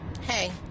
hey